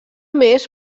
més